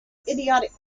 idiotic